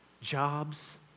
jobs